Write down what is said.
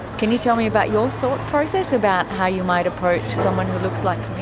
can you tell me about your thought process about how you might approach someone who looks like me?